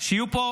שיהיו פה